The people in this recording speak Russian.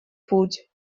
путь